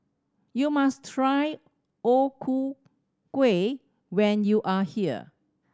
you must try O Ku Kueh when you are here